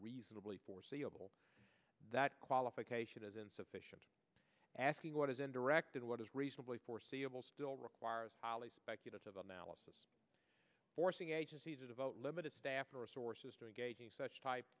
reasonably foreseeable that qualification is insufficient asking what is and directed what is reasonably foreseeable still requires highly speculative analysis forcing agencies to devote limited staff or resources to engaging such type